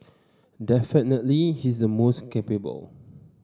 definitely he is the most capable